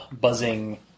buzzing